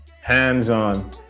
hands-on